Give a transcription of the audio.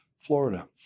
Florida